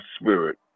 spirit